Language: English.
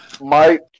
Mike